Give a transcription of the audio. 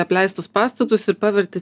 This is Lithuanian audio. apleistus pastatus ir pavertė